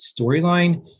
storyline